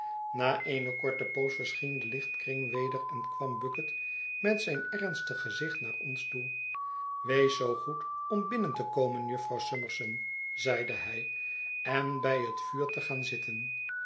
na eene korte poos verscheen de lichtkring weder en kwam bucket met zijn ernstig gezicht naar ons toe wees zoo goed om binnen te komen jufvrouw summerson zeide hij en bij het vuur te gaan zitten